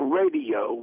radio